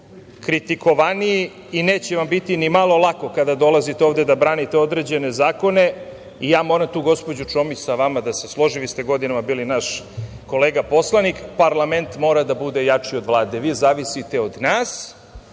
kritikovaniji i neće vam biti ni malo lako kada dolazite ovde da branite određene zakone. Ja moram tu, gospođo Čomić, sa vama da se složim. Vi ste godinama bili naš kolega poslanik, parlament mora da bude jači od Vlade. Vi zavisite od nas,